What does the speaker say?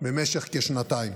במשך כשנתיים,